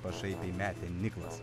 pašaipiai metė niklas